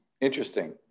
interesting